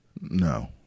No